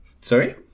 Sorry